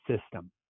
system